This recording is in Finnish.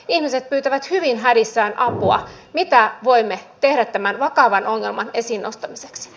ihmiset pyytävät niin hädissään olla mitään voimme tehdä tämän vakavan ongelman esiin nostamiseksi